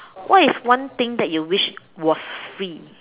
what is one thing that you wished was free